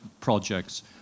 projects